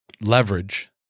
leverage